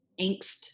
angst